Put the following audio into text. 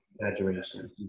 Exaggeration